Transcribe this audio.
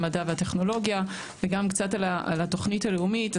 המדע והטכנולוגיה וגם קצת על התוכנית הלאומית.